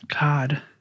God